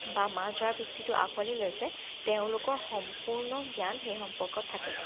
বা মাছ ধৰা বৃত্তিটো আঁকোৱালি লৈছে তেওঁলোকৰ সম্পূৰ্ণ জ্ঞান সেই সম্পৰ্কত থাকে